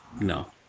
No